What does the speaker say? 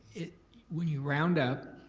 when you round up,